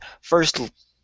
first